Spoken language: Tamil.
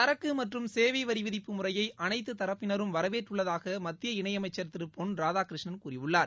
சரக்கு மற்றும் சேவை வரி விதிப்பு முறையை அனைத்து தரப்பினரும் வரவேற்றுள்ளதாக மத்திய இணையமைச்சர் திரு பொன் ராதாகிருஷ்ணன் கூறியுள்ளார்